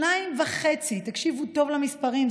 תקשיבו טוב למספרים,